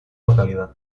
localidad